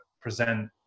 present